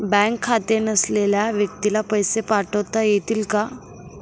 Bank खाते नसलेल्या व्यक्तीला पैसे पाठवता येतील का?